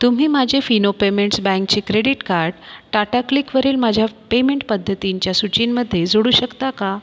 तुम्ही माझे Fino Payments बँकचे क्रेडीट कार्ड टाटा क्लिकवरील माझ्या पेमेंट पद्धतींच्या सूचीमध्ये जोडू शकता का